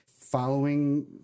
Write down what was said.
following